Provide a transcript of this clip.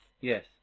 yes